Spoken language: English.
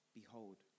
Behold